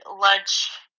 lunch